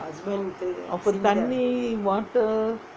அப்போ தண்ணீ:appo thanni water